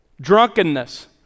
drunkenness